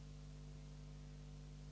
Hvala